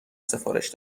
سفارش